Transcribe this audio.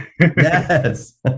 yes